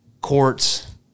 courts